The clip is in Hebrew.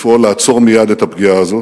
לפעול לעצור מייד את הפגיעה הזאת,